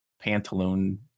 pantaloon